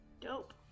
Dope